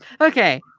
Okay